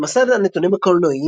במסד הנתונים הקולנועיים